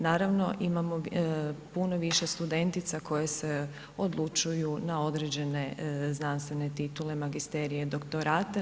Naravno imamo puno više studentica koje se odlučuju na određene znanstvene titule, magisterije, doktorate.